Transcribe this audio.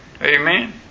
Amen